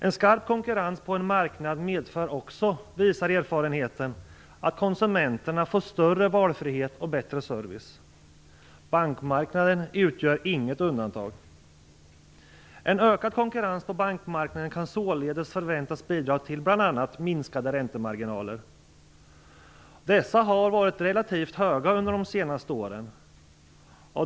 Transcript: En skarp konkurrens på en marknad medför också, visar erfarenheten, att konsumenterna får större valfrihet och bättre service. Bankmarknaden utgör inget undantag. En ökad konkurrens på bankmarknaden kan således förväntas bidra till bl.a. minskade räntemarginaler. Dessa har varit relativt höga under de senaste åren.